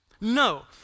No